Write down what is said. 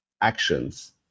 actions